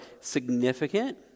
significant